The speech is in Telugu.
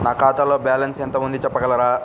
నా ఖాతాలో బ్యాలన్స్ ఎంత ఉంది చెప్పగలరా?